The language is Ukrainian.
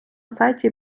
сайті